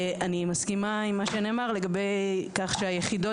אני מסכימה גם עם מה שנאמר לגבי כך שהיחידות